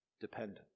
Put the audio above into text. Dependent